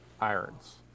irons